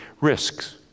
risks